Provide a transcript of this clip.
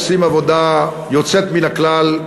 עושים עבודה יוצאת מן הכלל,